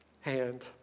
hand